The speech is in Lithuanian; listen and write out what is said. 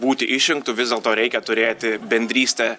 būti išrinktu vis dėlto reikia turėti bendrystę